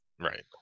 Right